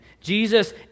Jesus